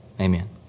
Amen